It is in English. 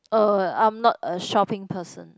uh I'm not a shopping person